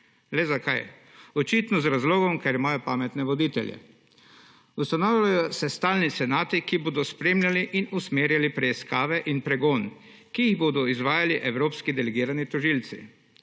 Le zakaj? Očitno z razlogom, ker imajo pametne voditelje. Ustanavljajo se stalni senati, ki bodo spremljali in usmerjali preiskave in pregon, ki jih bodo izvajali evropski delegirani tožilci.